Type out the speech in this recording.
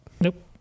Nope